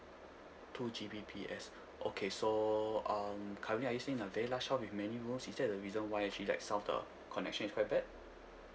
two G_B_P_S okay so um currently are you staying in a very large house with many rooms is that the reason why actually like some of the connection is quite bad